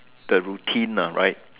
the routine ah right